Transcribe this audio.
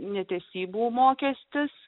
netesybų mokestis